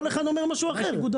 כל אחד אומר משהו אחר.